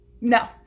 No